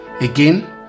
again